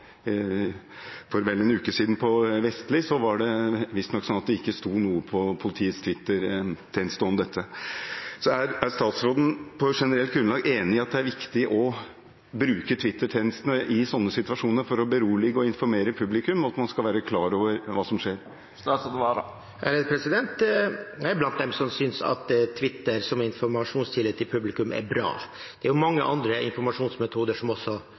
generelt grunnlag enig i at det er viktig å bruke Twitter-tjenesten i sånne situasjoner for å berolige og informere publikum, for at de kan være klar over hva som skjer? Jeg er blant dem som synes at Twitter som informasjonskilde for publikum er bra. Det er mange andre informasjonsmetoder som også